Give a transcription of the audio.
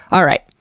alright.